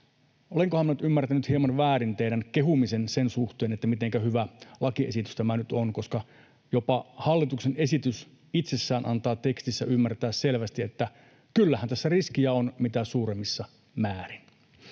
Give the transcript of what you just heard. minä nyt ymmärtänyt hieman väärin teidän kehumisenne sen suhteen, mitenkä hyvä lakiesitys tämä nyt on, koska jopa hallituksen esitys itsessään antaa tekstissä ymmärtää selvästi, että kyllähän tässä riskiä on mitä suurimmissa määrin?